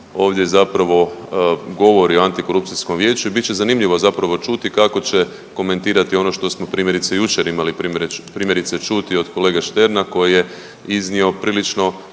ovdje zapravo govori o antikorupcijskom vijeću i bit će zanimljivo zapravo čuti kako će komentirati ono što smo primjerice imali jučer primjerice čuti od kolege Šterna koji je iznio prilično